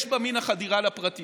יש בה מן החדירה לפרטיות.